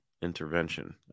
intervention